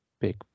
big